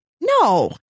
No